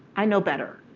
i know better,